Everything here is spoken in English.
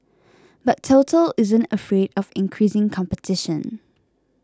but Total isn't afraid of increasing competition